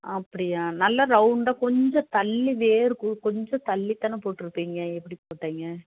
அப்படியா நல்லா ரவுண்டாக கொஞ்சம் தள்ளி வேர் கொஞ்சம் தள்ளி தான் போட்டுஇருப்பிங்க எப்படி போட்டிங்க